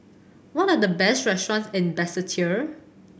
what are the best restaurants in Basseterre